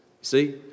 See